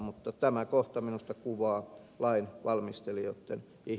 mutta tämä kohta minusta kuvaa lain valmistelijat tai i